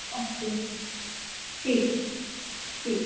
okay okay ठीक है ठीक है